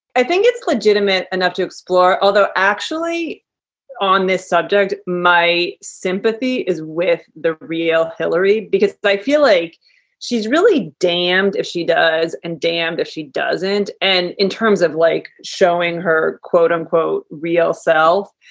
i think it's legitimate enough to explore other actually on this subject. my sympathy is with the real hillary because i feel like she's really damned if she does and damned if she doesn't. and in terms of, like, showing her, quote unquote, real self,